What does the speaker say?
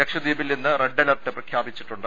ലക്ഷദ്വീപിൽ ഇന്ന് red alert പ്രഖ്യാപിച്ചിട്ടുണ്ട്